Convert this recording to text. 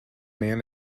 man